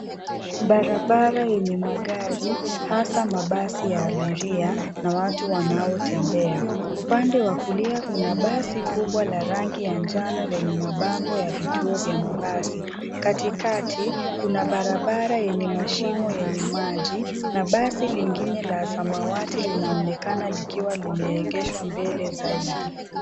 Barabara yenye magari hasa mabasi ya abiria na watu wanaotembea. Upande wa kulia kuna basi kubwa la rangi ya njano lenye mabango ya vituo vya mabasi. Katikati kuna barabara lenye mashimo yenye maji na basi lingine la samawati linaonekana likuwa limeegeshwa mbele zaidi.